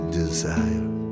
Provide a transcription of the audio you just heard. desire